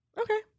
Okay